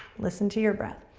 listen to your breath.